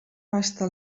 basta